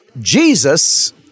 Jesus